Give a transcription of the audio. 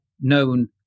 known